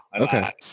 Okay